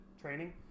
training